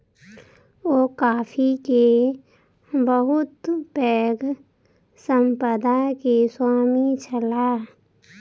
ओ coffee के बहुत पैघ संपदा के स्वामी छलाह